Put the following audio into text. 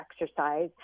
exercise